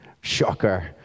Shocker